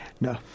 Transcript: No